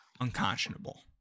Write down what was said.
unconscionable